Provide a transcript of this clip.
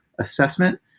assessment